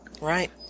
Right